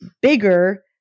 bigger